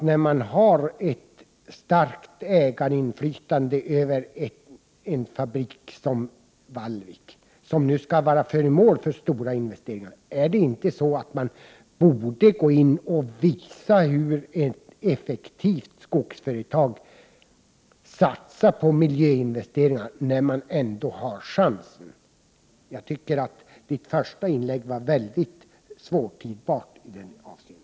När man har ett starkt ägandeinflytande över en fabrik som Ncb Vallvik, som nu skall bli föremål för stora investeringar, bör man inte då när man har chansen gå in och visa hur ett effektivt skogsföretag satsar på miljöinvesteringar? Jag tycker att Leif Marklunds första inlägg i den här frågan var mycket svårtydbart i det här avseendet.